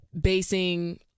basing